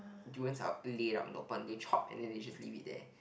durians are laid out in the open they chop and then they just leave it there